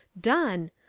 done